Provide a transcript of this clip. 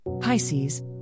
Pisces